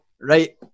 Right